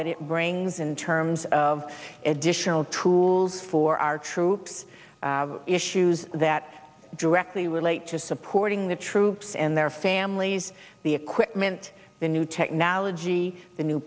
that it brings in terms of additional tools for our troops issues that directly relate to supporting the troops and their families the equipment the new technology the new